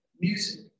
music